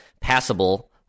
passable